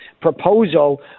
proposal